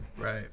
Right